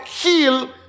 heal